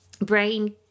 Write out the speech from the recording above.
brain